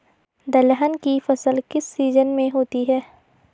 दलहन की फसल किस सीजन में होती है?